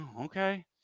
Okay